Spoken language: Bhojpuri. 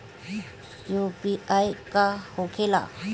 यू.पी.आई का होखेला?